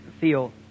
feel